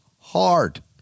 hard